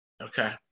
Okay